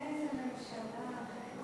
איזו ממשלה.